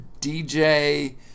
dj